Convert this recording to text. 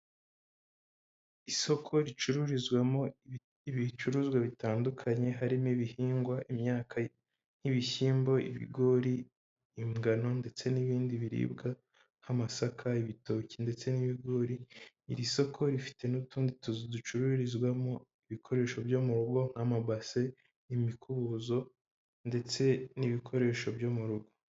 Isoko ricururizwamo ibicuruzwa bitandukanye harimo ibihingwa, imyaka nk'ibishyimbo, ibigori, ingano, ndetse n'ibindi biribwa nk'amasaka, ibitoki ndetse n'ibigori, iri soko rifite n'utundi ducururizwamo, ibikoresho byo mu rugo nk'amabase n'imikubuzo ndetse n'ibikoresho byo mu rugo.